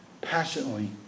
passionately